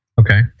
Okay